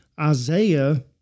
Isaiah